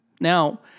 Now